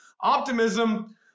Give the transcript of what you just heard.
Optimism